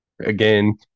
Again